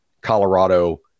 Colorado